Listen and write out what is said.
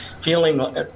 feeling